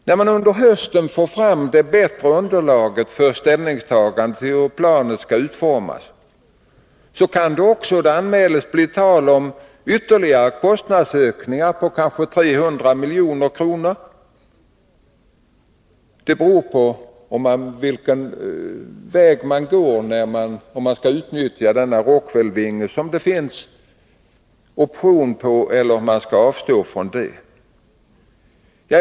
När man under hösten får fram det bättre underlaget för ställningstagandet till hur planet skall utformas kan det bli tal om ytterligare kostnadsökningar, anmäls det, på 300 milj.kr. Det beror på vilken väg man går och om man skall utnyttja Rockwell-vingen, som det finns option på, eller avstå från denna.